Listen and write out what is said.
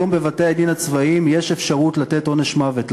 היום בבתי-הדין הצבאיים יש אפשרות לתת עונש מוות.